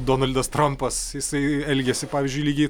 donaldas trampas jisai elgiasi pavyzdžiui lygiai